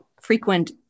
frequent